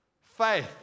faith